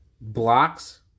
Blocks